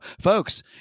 folks